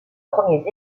premiers